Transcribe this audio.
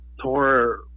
tore